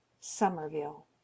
somerville